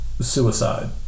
suicide